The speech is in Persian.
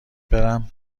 برم